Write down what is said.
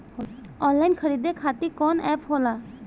Online खरीदे खातीर कौन एप होला?